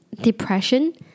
depression